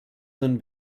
den